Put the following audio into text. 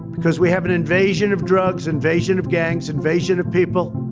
because we have an invasion of drugs, invasion of gangs, invasion of people.